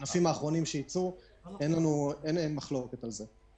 אין מחלוקת על זה.